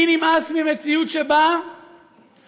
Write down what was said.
לי נמאס ממציאות שבה אנחנו,